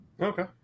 okay